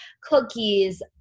cookies